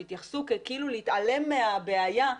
שיתייחסו כאילו להתעלם מהבעיה,